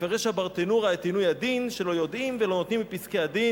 מפרש הברטנורא את עינוי הדין שלא יודעים ולא נותנים את פסקי-הדין,